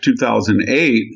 2008